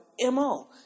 mo